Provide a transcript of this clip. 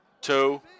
Two